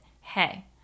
hey